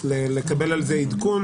צריך לקבל על זה עדכון,